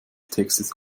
textes